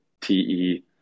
TE